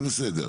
זה בסדר.